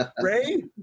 Ray